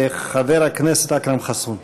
חבר הכנסת אכרם חסון.